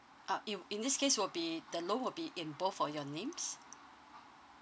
uh it w~ in this case will be the loan will be in both of your names